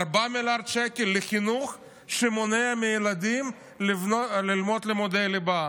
4 מיליארד שקלים לחינוך שמונע מילדים ללמוד לימודי ליבה.